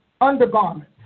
undergarments